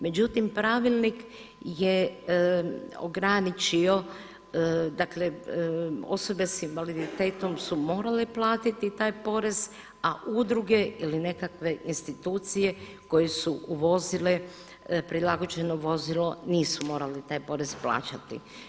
Međutim, pravilnik je ograničio, dakle, osobe s invaliditetom su morale platiti taj porez, a udruge ili nekakve institucije koje su uvozile prilagođeno vozilo, nisu morali taj porez plaćati.